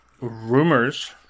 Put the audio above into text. rumors